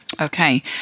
Okay